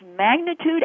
magnitude